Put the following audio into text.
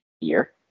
year